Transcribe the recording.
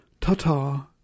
Ta-ta